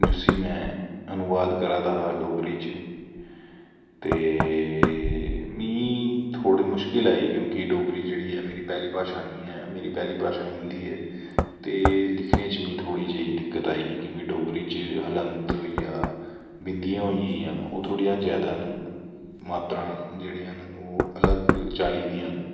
ते मीं थोह्ड़ी मुश्कल आई क्योंकि डोगरी मेरी पैह्लै भाशा नी ऐ मेरी पैह्ली भाशा हिन्दी ऐ ते लिखनें च मिगी थोह्ड़ी जेही दिक्कत आई ही जियां डोगरी च हलंत होईया बिंदियां होई गेईयां ओह् जादा न मात्तरां जेह्ड़ियां न ओह् अलग चाल्ली दियां न ते थोह्ड़ी जेही में दिक्कत होई पर